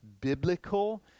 biblical